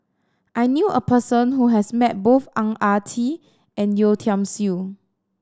I knew a person who has met both Ang Ah Tee and Yeo Tiam Siew